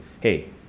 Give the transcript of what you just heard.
hey